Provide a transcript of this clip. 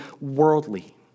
worldly